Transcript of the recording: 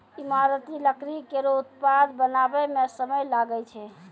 ईमारती लकड़ी केरो उत्पाद बनावै म समय लागै छै